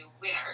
Winners